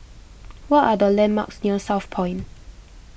what are the landmarks near Southpoint